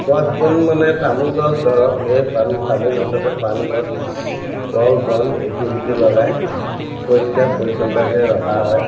গছ বন মানে তামোল গছ ধৰক এই পান তামোল গছতেই পান গছ কল বন ইটো সিটো লগাই পৰিষ্কাৰ পৰিচ্ছন্নতাকে ৰখা হয়